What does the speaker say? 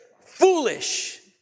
foolish